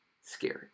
scary